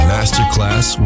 Masterclass